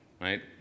right